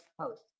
post